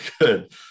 good